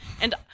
and-